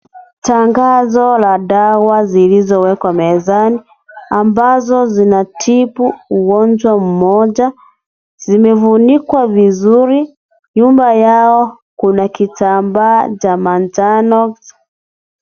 Tangazo la dawa zilizowekwa mezani, ambazo zina tibu ugonjwa mmoja, zimefunikwa vizuri. Nyuma yao, kuna kitambaa cha manjano.